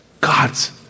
God's